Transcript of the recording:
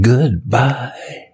Goodbye